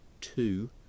two